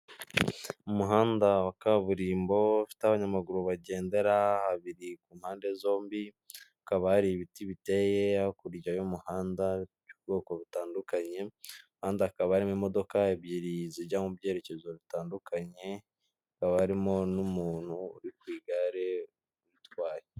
Umuhanda wa kaburimbo ufite abanyamaguru bagendera babiri ku mpande zombi hakaba hari ibiti biteye hakurya y'umuhanda by'ubwoko butandukanye kandi hakaba harimo imodoka ebyiri zijya mu byerekezo bitandukanye hakaba harimo n'umuntu uri ku igare utwaye .